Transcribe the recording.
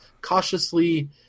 cautiously